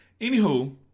Anywho